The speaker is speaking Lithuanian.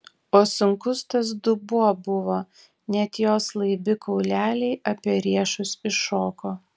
o sunkus tas dubuo buvo net jos laibi kauleliai apie riešus iššoko